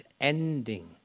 ending